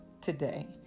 today